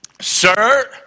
sir